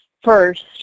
first